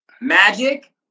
Magic